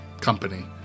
company